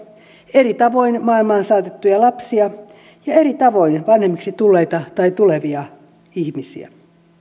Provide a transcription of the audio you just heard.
eri tavoin maailmaan saatettuja lapsia ja eri tavoin vanhemmiksi tulleita tai tulevia ihmisiä